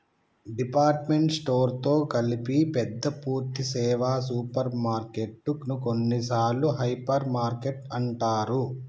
department store తో కలిపి పెద్ద పూర్థి సేవ సూపర్ మార్కెటు ను కొన్నిసార్లు హైపర్ మార్కెట్ అంటారు